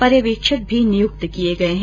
पर्यवेक्षक भी नियुक्त किये गये है